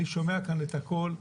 אני שומע כאן את הכול,